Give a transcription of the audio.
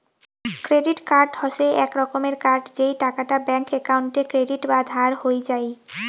credit card হসে এক রকমের কার্ড যেই টাকাটা ব্যাঙ্ক একাউন্টে ক্রেডিট বা ধার হই যাই